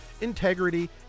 integrity